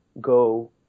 go